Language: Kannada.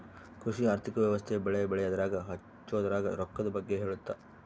ಕೃಷಿ ಆರ್ಥಿಕ ವ್ಯವಸ್ತೆ ಬೆಳೆ ಬೆಳೆಯದ್ರಾಗ ಹಚ್ಛೊದ್ರಾಗ ರೊಕ್ಕದ್ ಬಗ್ಗೆ ಹೇಳುತ್ತ